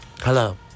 Hello